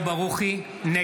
לא